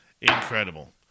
Incredible